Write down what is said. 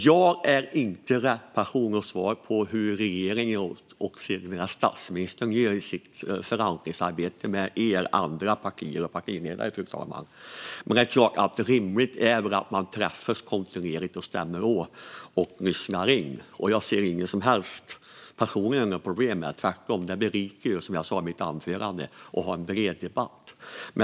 Jag är inte rätt person att svara på hur regeringen och sedermera statsministern gör i sitt förankringsarbete med de andra partierna och partiledarna, men det är väl klart att det är rimligt att man träffas kontinuerligt, stämmer av och lyssnar in. Jag ser personligen inget som helst problem med detta - tvärtom berikar det, som jag sa i mitt anförande, att ha en bred debatt.